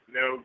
no